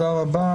תודה רבה.